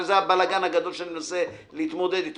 הרי זה הבלגן הגדול שאני מנסה להתמודד אתו.